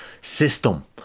system